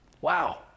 Wow